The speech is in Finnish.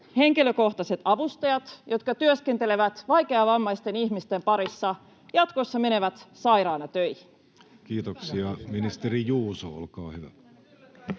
henkilökohtaiset avustajat, jotka työskentelevät vaikeavammaisten ihmisten parissa, jatkossa menevät sairaana töihin? Kiitoksia. — Ministeri Juuso, olkaa hyvä.